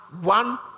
one